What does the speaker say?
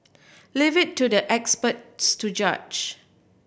leave it to the experts to judge